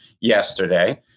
yesterday